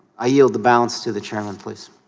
i yield the balance to the challenge was